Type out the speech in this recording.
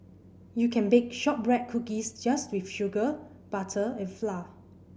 you can bake shortbread cookies just with sugar butter and flour